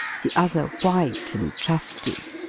the other white and trusty!